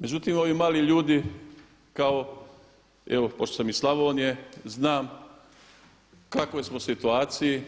Međutim, ovi mali ljudi kao evo pošto sam iz Slavonije znam u kakvoj smo situaciji